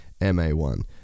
MA1